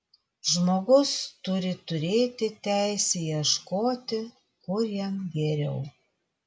žmogus turi turėti teisę ieškoti kur jam geriau